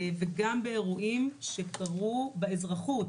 וגם באירועים שקרו באזרחות.